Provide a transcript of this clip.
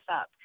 up